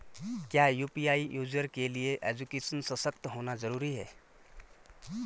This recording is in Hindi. क्या यु.पी.आई यूज़र के लिए एजुकेशनल सशक्त होना जरूरी है?